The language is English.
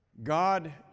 God